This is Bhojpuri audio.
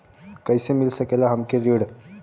कइसे मिल सकेला हमके ऋण?